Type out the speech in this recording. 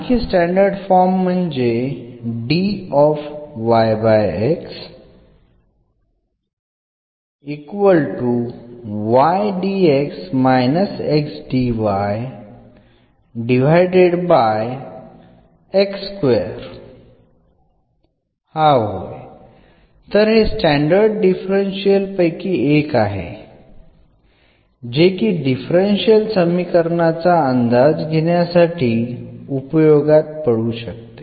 आणखी standard form म्हणजे तर हे स्टॅंडर्ड डिफरन्शियल पैकी एक आहे जे की डिफरन्शियल समीकरणाचा अंदाज घेण्यासाठी उपयोगात पडू शकते